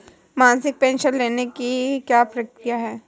मासिक पेंशन लेने की क्या प्रक्रिया है?